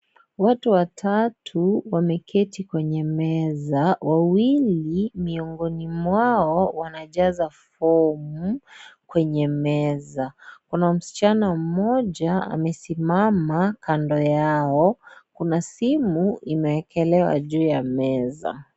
Watu watau wameketi kwenye meza, wawili miongoni mwao wanajaza fomu kwenye meza. Kuna msichana mmoja amesimama kando yao. Kuna simu imewekelewa juu ya meza.